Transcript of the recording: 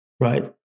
right